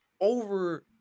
over